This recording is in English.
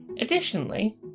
Additionally